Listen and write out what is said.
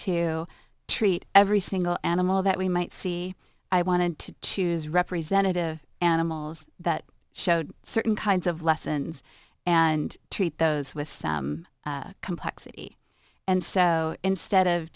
to treat every single animal that we might see i wanted to choose representative animals that showed certain kinds of lessons and treat those with some complexity and so instead of